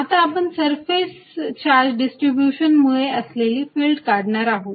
आता आपण surface charge distribution मुळे असलेली फिल्ड काढणार आहोत